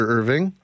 Irving